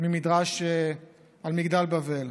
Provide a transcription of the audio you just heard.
ממדרש על מגדל בבל: